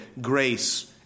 grace